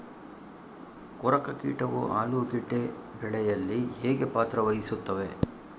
ಕೊರಕ ಕೀಟವು ಆಲೂಗೆಡ್ಡೆ ಬೆಳೆಯಲ್ಲಿ ಹೇಗೆ ಪಾತ್ರ ವಹಿಸುತ್ತವೆ?